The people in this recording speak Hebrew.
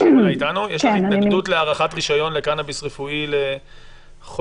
האם יש התנגדות להארכת רישיון לקנביס רפואי לחודשיים?